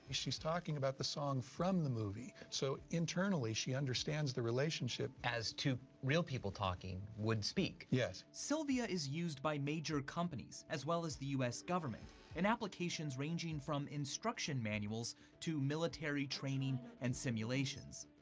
she's talking about the song from the movie, so internally, she understands the relationship. as to real people talking would speak. yes. silvia is used by major companies as well as the u s. government in applications ranging from instruction manuals to military training and simulations.